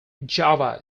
java